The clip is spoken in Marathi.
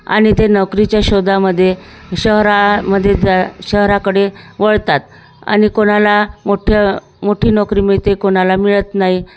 आणि ते नोकरीच्या शोधामध्ये शहरामध्ये त्या शहराकडे वळतात आणि कोणाला मोठ्या मोठी नोकरी मिळते कोणाला मिळत नाही